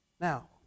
Now